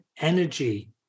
energy